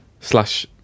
slash